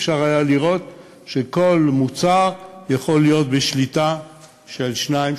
אפשר היה לראות שכל מוצר יכול להיות בשליטה של שניים,